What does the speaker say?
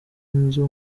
inzu